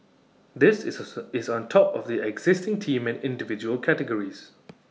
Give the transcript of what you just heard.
this is is on top of the existing team and individual categories